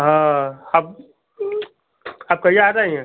हाँ अब आप कहिए आ जाएँगे